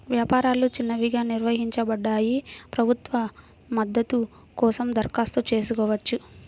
వ్యాపారాలు చిన్నవిగా నిర్వచించబడ్డాయి, ప్రభుత్వ మద్దతు కోసం దరఖాస్తు చేసుకోవచ్చు